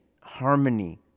harmony